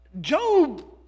Job